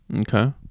Okay